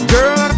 Girl